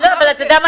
נביא